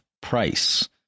price